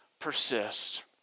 persist